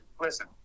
Listen